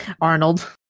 Arnold